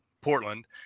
Portland